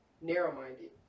narrow-minded